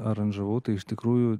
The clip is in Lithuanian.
aranžavau tai iš tikrųjų